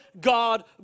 God